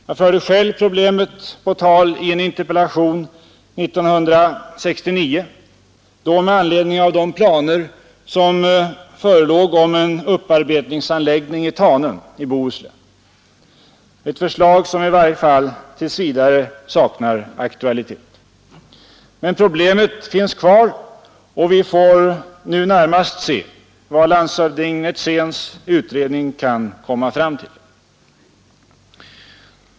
Jag förde själv problemet på tal i en interpellation 1969, med anledning av de planer som då förelåg om en upparbetningsanläggning i Tanum i Bohuslän, ett förslag som i varje fall tills vidare saknar aktualitet. Men problemet finns kvar, och vi får nu närmast se vad landshövding Netzéns utredning kommer fram till.